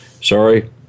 Sorry